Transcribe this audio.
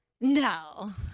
No